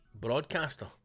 broadcaster